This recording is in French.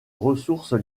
ressources